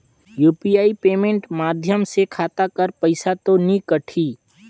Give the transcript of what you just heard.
UPI payment माध्यम से खाता कर पइसा तो नी कटही?